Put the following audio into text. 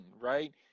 right